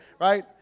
right